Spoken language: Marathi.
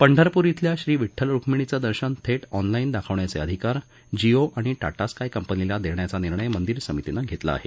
पंढरपूर इथल्या श्री विठ्ठल रुक्मिणीचं दर्शन थेट ऑनलाईन दाखवण्याचे अधिकार जिओ आणि टाटा स्काय कंपनीला देण्याचा निर्णय मंदिर समितीनं घेतला आहे